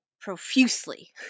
profusely